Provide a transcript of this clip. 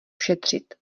šetřit